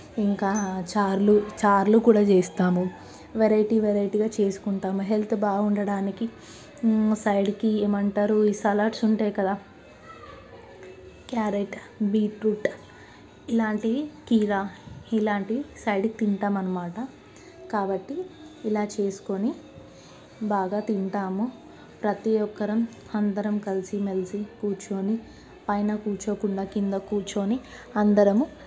ఇంకా చార్లు చార్లు కూడా చేస్తాము వెరైటీ వెరైటీగా చేసుకుంటాము హెల్త్ బాగుండటానికి సైడ్కి ఏమంటారు సలాడ్స్ ఉంటాయి కదా క్యారెట్ బీట్రూట్ ఇలాంటివి కీర ఇలాంటివి సైడ్కి తింటాం అనమాట కాబట్టి ఇలా చేసుకొని బాగా తింటాము ప్రతి ఒక్కరం అందరం కలిసిమెలిసి కూర్చోని పైన కూర్చోకుండా కింద కూర్చోని అందరము తింటామండి మేము